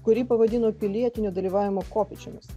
kurį pavadino pilietinio dalyvavimo kopėčiomis